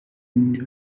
اونجا